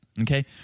okay